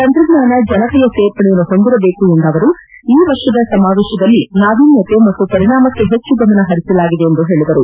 ತಂತ್ರಜ್ವಾನ ಜನತೆಯ ಸೇರ್ಪಡೆಯನ್ನು ಹೊಂದಿರಬೇಕು ಎಂದ ಅವರು ಈ ವರ್ಷದ ಈ ಸಮಾವೇಶದಲ್ಲಿ ನಾವಿನ್ನತೆ ಹಾಗೂ ಪರಿಣಾಮಕ್ಕೆ ಹೆಚ್ಚು ಗಮನ ಪರಿಸಲಾಗಿದೆ ಎಂದು ಹೇಳದರು